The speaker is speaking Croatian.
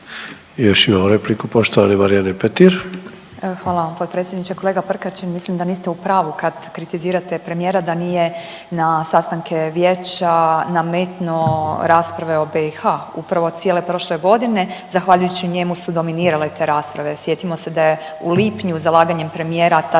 Marijane Petir. **Petir, Marijana (Nezavisni)** Hvala vam potpredsjedniče. Kolega Prkačin, mislim da niste u pravu kad kritizirate premijera da nije na sastanke Vijeća nametnuo rasprave o BiH, upravo cijele prošle godine zahvaljujući njemu su dominirale te rasprave. Sjetimo se da je u lipnju zalaganjem premijera ta